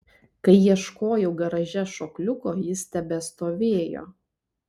kai ieškojau garaže šokliuko jis tebestovėjo